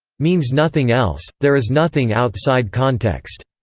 means nothing else there is nothing outside context.